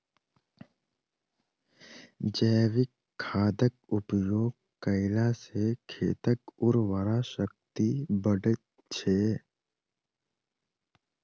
जैविक खादक उपयोग कयला सॅ खेतक उर्वरा शक्ति बढ़ैत छै